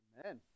Amen